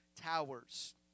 towers